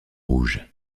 rouges